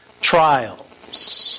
trials